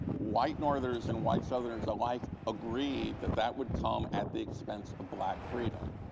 white northerners and white southerners alike agreed that that would come at the expense of black freedom,